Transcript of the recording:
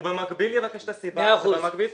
הוא במקביל יבקש את הסיבה -- טוב, מאה אחוז.